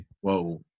Whoa